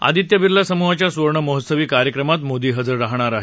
आदित्य बिर्ला समूहाच्या सुवर्ण महोत्सवी कार्यक्रमात मोदी हजर राहणर आहेत